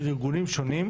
של ארגונים שונים,